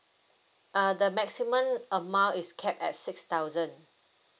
uh the maximum amount is capped at six thousand